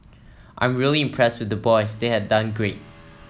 I'm really impressed with the boys they have done great